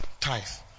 tithes